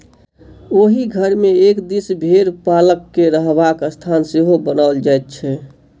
ओहि घर मे एक दिस भेंड़ पालक के रहबाक स्थान सेहो बनाओल जाइत छै